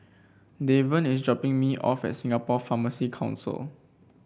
Deven is dropping me off at Singapore Pharmacy Council